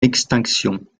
extinction